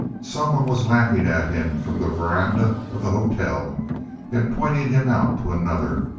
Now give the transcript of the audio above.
someone was laughing at him from the veranda of the hotel and pointing him out to another,